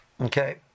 Okay